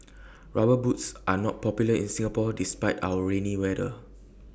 rubber boots are not popular in Singapore despite our rainy weather